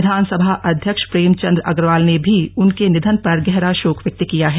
विधानसभा अध्यक्ष प्रेमचंद अग्रवाल ने भी उनके निधन पर गहरा शोक व्यक्त किया है